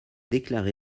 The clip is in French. déclaré